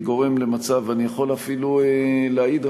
אני יכול אפילו להעיד,